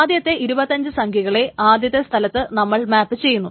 ആദ്യത്തെ ഇരുപത്തഞ്ച് സംഖ്യകളെ ആദ്യത്തെ സ്ഥലത്ത് നമ്മൾ മാപ്പ് ചെയ്യുന്നു